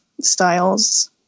styles